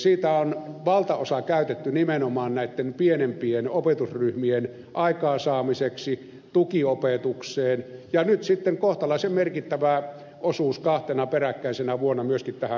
siitä on valtaosa käytetty nimenomaan pienempien opetusryhmien aikaansaamiseksi tukiopetukseen ja nyt sitten kohtalaisen merkittävä osuus kahtena peräkkäisenä vuonna myöskin tähän kerhotoimintaan